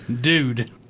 dude